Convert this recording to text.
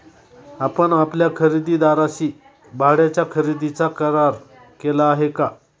आपण आपल्या खरेदीदाराशी भाड्याच्या खरेदीचा करार केला आहे का?